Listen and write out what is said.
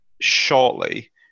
shortly